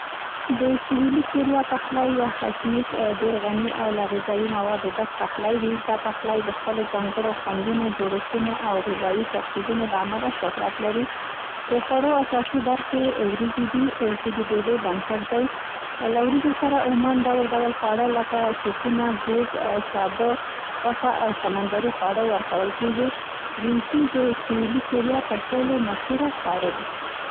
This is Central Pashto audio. د سویلي کوریا پخلی، یا هانشیک ډېر غني او له غذایي موادو ډک پخلی وي. دا پخلی د خپلو ځانګړو خوندونو، جوړښتونو او غذایي ترکیبونو له امله شهرت لري. د خوړو اساسي برخې وریځې دي، سي د ډوډۍ بنسټ دی. له وريجو سره عموماً ډول ډول خواړه، لکه: سوپونه ګوګ، سابه، غوښه او سمندري خواړه ورکول کېږي. ګیمچي د سویلي کوریا تر ټولو مشهوره خواړه دی.